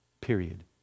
period